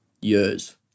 years